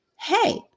hey